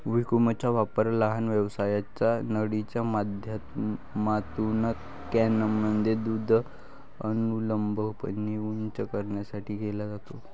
व्हॅक्यूमचा वापर लहान व्यासाच्या नळीच्या माध्यमातून कॅनमध्ये दूध अनुलंबपणे उंच करण्यासाठी केला जातो